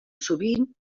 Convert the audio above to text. sovint